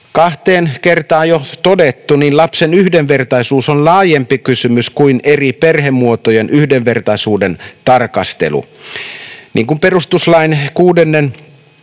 kahteen kertaan jo todettu, lapsen yhdenvertaisuus on laajempi kysymys kuin eri perhemuotojen yhdenvertaisuuden tarkastelu. Perustuslain 6 §:n